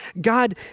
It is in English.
God